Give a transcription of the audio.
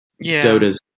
Dota's